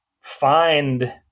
find